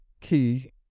key